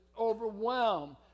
overwhelmed